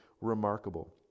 remarkable